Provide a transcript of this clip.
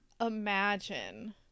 imagine